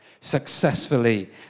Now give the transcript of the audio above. successfully